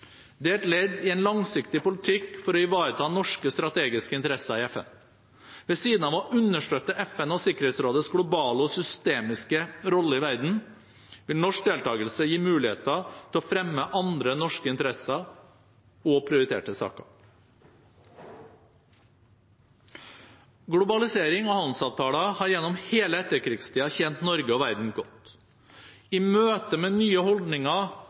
Det er et ledd i en langsiktig politikk for å ivareta norske strategiske interesser i FN. Ved siden av å understøtte FN og Sikkerhetsrådets globale og systemiske rolle i verden vil norsk deltakelse gi muligheter til å fremme andre norske interesser og prioriterte saker. Globalisering og handelsavtaler har gjennom hele etterkrigstiden tjent Norge og verden godt. I møte med nye holdninger